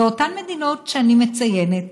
באותן מדינות שאני מציינת,